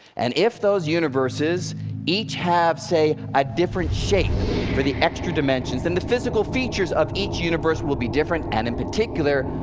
and if those universes each have, say, a different shape for the extra dimensions, then the physical features of each universe will be different, and in particular,